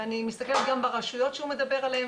ואני מסתכלת גם ברשויות שהוא מדבר עליהן